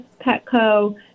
Petco